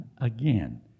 again